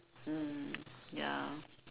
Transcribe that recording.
mm ya